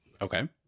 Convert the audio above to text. okay